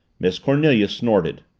miss cornelia snorted.